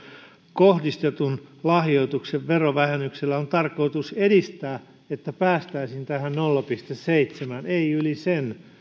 kohdistetun lahjoituksen verovähennyksellä on tarkoitus edistää että päästäisiin tähän nolla pilkku seitsemään ei yli sen